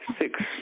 six